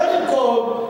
קודם כול,